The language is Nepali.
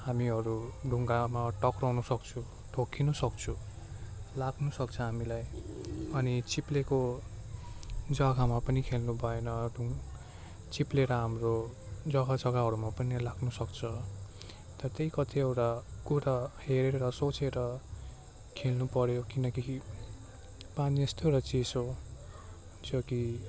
हामीहरू ढुङ्गामा टक्राउनु सक्छु ठोक्किनु सक्छु लाग्नुसक्छ हामीलाई अनि चिप्लेको जग्गामा पनि खेल्नु भएन ढुङ् चिप्लेर हाम्रो जग्गा जग्गाहरूमा पनि लाग्नुसक्छ अन्त त्यही कतिवटा कुरा हेरेर सोचेर खेल्नुपर्यो किनकि पानी यस्तो एउटा चिज हो जो कि